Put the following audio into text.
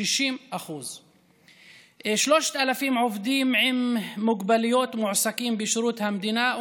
60%. 3,000 עובדים עם מוגבלויות מועסקים בשירות המדינה,